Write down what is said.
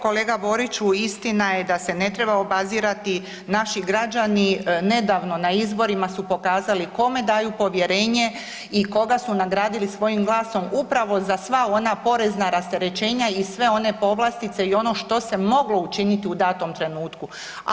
Kolega Boriću, istina je da se ne treba obazirati, naši građani nedavno na izborima su pokazali kome daju povjerenje i koga su nagradili svojim glasom upravo za sva ona porezna rasterećenja i sve one povlastice i ono što se moglo učiniti u datom trenutku.